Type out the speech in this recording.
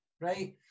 right